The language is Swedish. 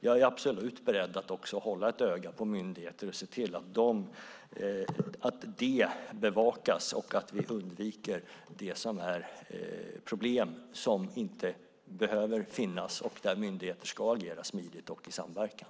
Jag är absolut beredd att hålla ett öga på myndigheter och se till att detta bevakas och att vi undviker problem som inte behöver finnas och där myndigheter ska agera smidigt och i samverkan.